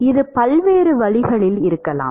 இது பல்வேறு வழிகளில் இருக்கலாம்